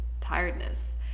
tiredness